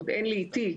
עוד אין לי איתי.